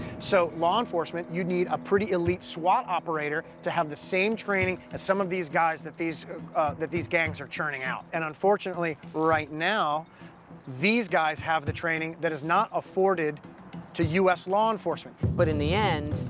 so law enforcement you need a pretty elite swat operator to have the same training as some of these guys that these guys that these gangs are churning out. and, unfortunately, right now these guys have the training that is not afforded to u s. law enforcement. but, in the end,